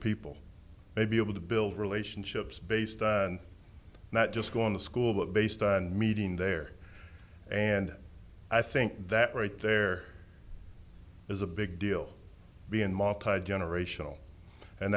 people may be able to build relationships based on not just going to school but based on meeting their and i think that right there is a big deal being mom generational and